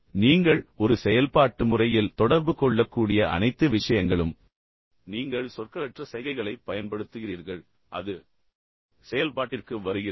எனவே நீங்கள் ஒரு செயல்பாட்டு முறையில் தொடர்பு கொள்ளக்கூடிய அனைத்து விஷயங்களும் எனவே நீங்கள் சொற்களற்ற சைகைகளை பயன்படுத்துகிறீர்கள் எனவே அது செயல்பாட்டிற்கு வருகிறது